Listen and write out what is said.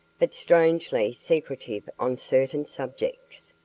but strangely secretive on certain subjects.